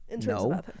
no